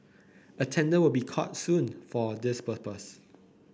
a tender will be called soon for this purpose